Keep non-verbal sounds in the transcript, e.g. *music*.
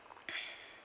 *noise*